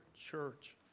church